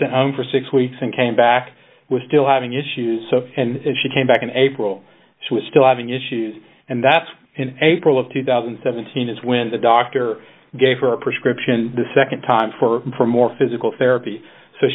sent home for six weeks and came back was still having issues and she came back in april she was still having issues and that's in april of two thousand and seventeen is when the doctor gave her a prescription the nd time for more physical therapy so